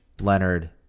Leonard